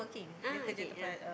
ah okay ah